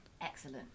Excellent